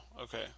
okay